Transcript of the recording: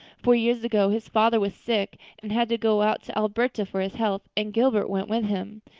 four years ago his father was sick and had to go out to alberta for his health and gilbert went with him.